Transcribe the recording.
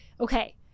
Okay